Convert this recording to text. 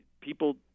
people